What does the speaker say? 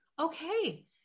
Okay